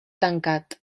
tancat